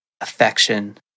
affection